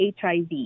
HIV